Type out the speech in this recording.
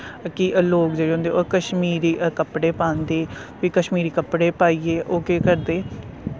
कि लोग जेह्ड़े होंदे ओह् कश्मीरी कपड़े पांदे फ्ही कश्मीरी कपड़े पाइयै ओह् केह् करदे